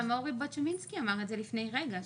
אבל גם אורי בוצ'ומינסקי אמר את זה לפני רגע,